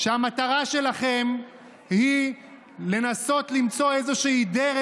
שהמטרה שלכם היא לנסות למצוא איזושהי דרך,